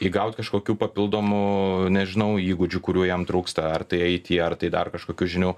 įgaut kažkokių papildomų nežinau įgūdžių kurių jam trūksta ar tai ai ti ar tai dar kažkokių žinių